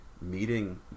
meeting